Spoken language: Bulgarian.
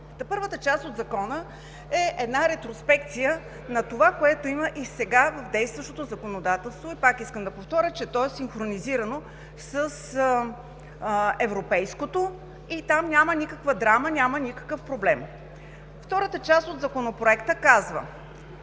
първата част от Закона е една ретроспекция на това, което има и сега в действащото законодателство. Пак искам да повторя, че то е синхронизирано с европейското и там няма никаква драма, няма никакъв проблем. Втората част от Законопроекта казва: